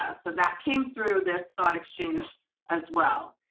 ah so that came through this thought exchange as well.